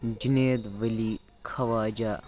Junaid Wali Khwaja